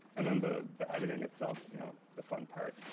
and um the the editing itself, you know the fun part,